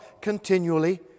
continually